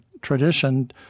tradition